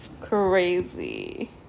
crazy